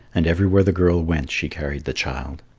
and everywhere the girl went she carried the child.